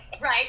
Right